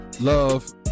love